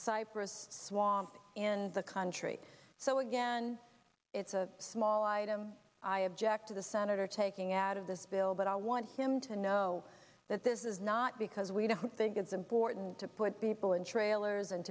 cypress swamp in the country so again it's a small item i object to the senator taking out of this bill but i want him to know that this is not because we don't think it's important to put people in trailers and